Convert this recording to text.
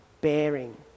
bearing